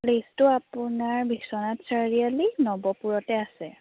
প্লেচটো আপোনাৰ বিশ্বনাথ চাৰিআলি নৱপুৰতে আছে